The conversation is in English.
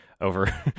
Over